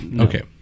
Okay